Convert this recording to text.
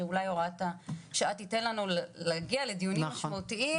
שאולי הוראת השעה תיתן לנו להגיע לדיונים משמעותיים,